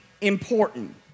important